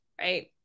right